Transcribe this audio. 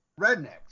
rednecks